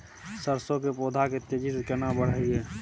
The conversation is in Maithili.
सरसो के पौधा के तेजी से केना बढईये?